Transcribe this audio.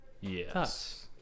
yes